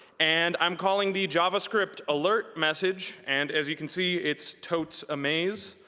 and i'm calling the javascript alert message and as you can see, it's totes amaze.